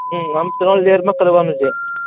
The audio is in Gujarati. હમ આમ ત્રણ લેયર તો કરવાનું છે